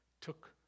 took